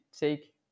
take